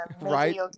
right